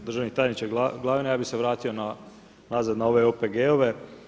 Državni tajniče Glavina, ja bih se vratio nazad na ove OPG-ove.